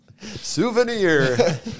Souvenir